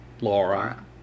Laura